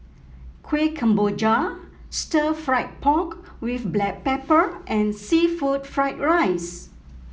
Kuih Kemboja Stir Fried Pork with Black Pepper and seafood Fried Rice